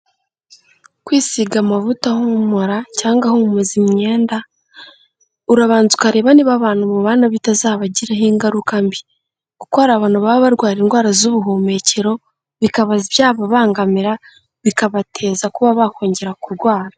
Kwisiga amavuta ahumura cyangwa ahumuza imyenda, urabanza ukareba niba abantu mubana bitazabagiraho ingaruka mbi. Kuko hari abantu baba barwara indwara z'ubuhumekero, bikaba byababangamira bikabateza kuba bakongera kurwara.